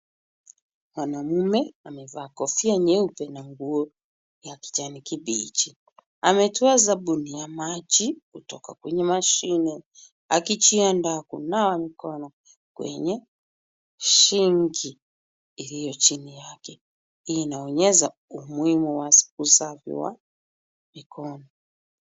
Mwanaume amevaa kofia nyeupe na nguo ya kijani kibichi. Ametoa sabuni ya maji kutoka kwenye mashine, akijiandaa kunawa mkono kwenye Sinki, iliyochini yake. Hii inaonyesha umuhimu wa usafi ya mikono.